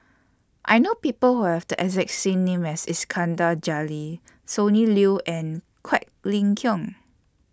I know People Who Have The exact same name as Iskandar Jalil Sonny Liew and Quek Ling Kiong